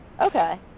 Okay